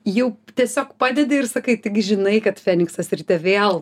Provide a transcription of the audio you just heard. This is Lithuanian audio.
jau tiesiog padedi ir sakai tai gi žinai kad feniksas ryte vėl